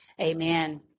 amen